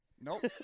Nope